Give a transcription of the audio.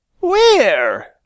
Where